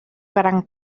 gran